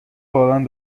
باران